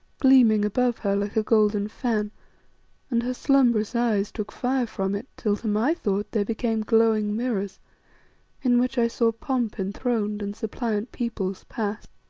gleaming above her like a golden fan and her slumbrous eyes took fire from it till, to my thought, they became glowing mirrors in which i saw pomp enthroned and suppliant peoples pass.